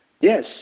Yes